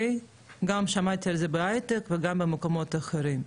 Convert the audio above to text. גם שמעתי על זה בהייטק וגם במקומות אחרים.